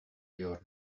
your